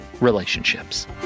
relationships